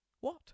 What